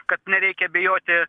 kad nereikia bijoti